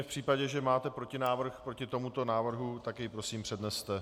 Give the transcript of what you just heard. V případě, že máte protinávrh proti tomuto návrhu, tak jej prosím předneste.